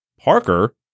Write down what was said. Parker